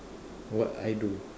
what I do